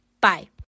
bye